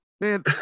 man